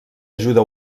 ajuda